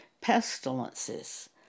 pestilences